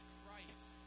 Christ